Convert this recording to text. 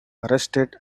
arrested